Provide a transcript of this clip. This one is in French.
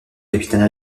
capitaine